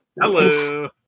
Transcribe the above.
Hello